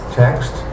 text